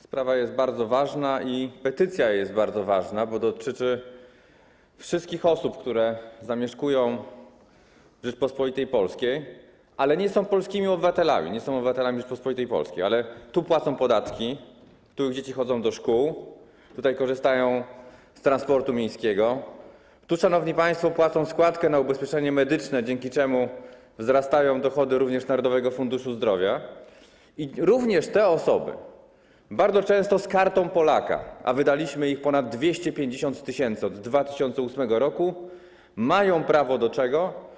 Sprawa jest bardzo ważna i petycja jest bardzo ważna, bo dotyczy wszystkich osób, które zamieszkują w Rzeczypospolitej Polskiej, ale nie są polskimi obywatelami, nie są obywatelami Rzeczypospolitej Polskiej, ale tu płacą podatki, tu ich dzieci chodzą do szkół, tutaj korzystają z transportu miejskiego, tu, szanowni państwo, płacą składkę na ubezpieczenie medyczne, dzięki czemu wzrastają dochody również Narodowego Funduszu Zdrowia, i również te osoby, bardzo często z Kartą Polaka - a wydaliśmy ich ponad 250 tys. od 2008 r. - mają prawo do czego?